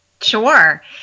Sure